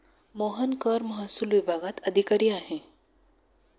मोहन कर महसूल विभागात अधिकारी आहे